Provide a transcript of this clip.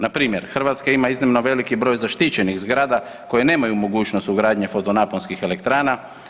Npr. Hrvatska ima iznimno veliki broj zaštićenih zgrada koje nemaju mogućnost ugradnje fotonaponskih elektrana.